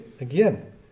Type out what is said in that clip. again